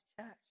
church